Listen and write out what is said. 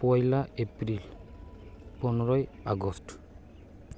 ᱯᱚᱭᱞᱟ ᱮᱯᱨᱤᱞ ᱯᱚᱱᱮᱨᱳᱭ ᱟᱜᱚᱥᱴ